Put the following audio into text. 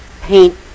paint